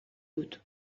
dut